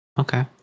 Okay